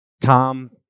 Tom